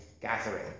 gathering